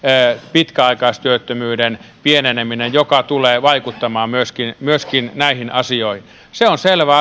pitkäaikaistyöttömyyden pieneneminen joka tulee vaikuttamaan myöskin myöskin näihin asioihin se on selvä